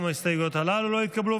גם ההסתייגויות הללו לא התקבלו.